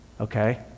okay